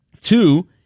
Two